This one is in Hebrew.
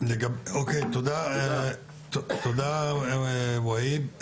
תודה והיב,